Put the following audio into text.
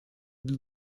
для